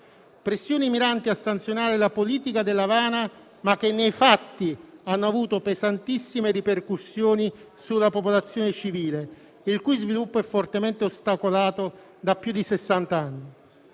esterne, miranti a sanzionare la politica dell'Avana, ma che nei fatti hanno avuto pesantissime ripercussioni sulla popolazione civile, il cui sviluppo è fortemente ostacolato da più di sessant'anni.